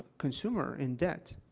consumer in debt,